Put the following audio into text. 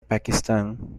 pakistan